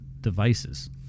devices